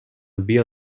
بیا